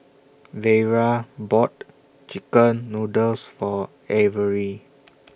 Vera bought Chicken Noodles For Averi